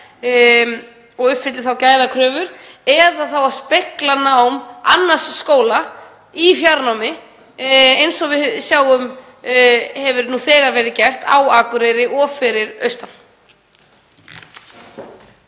og uppfyllir gæðakröfur eða þá að spegla nám annars skóla í fjarnámi eins og við sjáum að hefur nú þegar verið gert á Akureyri og fyrir austan.